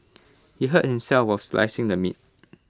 he hurt himself while slicing the meat